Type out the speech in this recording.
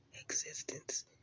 existence